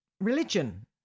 Religion